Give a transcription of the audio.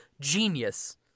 genius